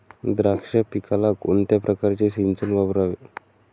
द्राक्ष पिकाला कोणत्या प्रकारचे सिंचन वापरावे?